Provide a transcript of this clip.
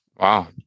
Wow